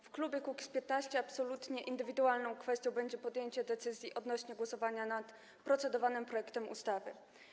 W klubie Kukiz’15 absolutnie indywidualną kwestią będzie podjęcie decyzji odnośnie do głosowania nad procedowanym projektem ustawy.